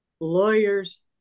lawyers